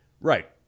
Right